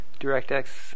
DirectX